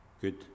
good